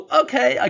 okay